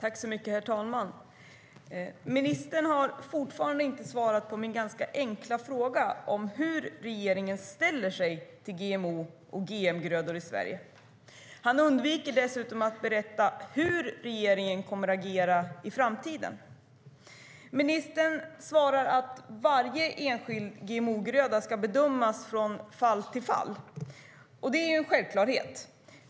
Herr talman! Ministern har fortfarande inte svarat på min ganska enkla fråga om hur regeringen ställer sig till GMO och GM-grödor i Sverige. Han undviker dessutom att berätta hur regeringen kommer att agera i framtiden. Ministern svarar att varje enskild GM-gröda ska bedömas från fall till fall. Det är en självklarhet.